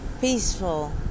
peaceful